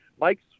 Mike's